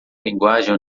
linguagem